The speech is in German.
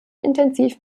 intensiv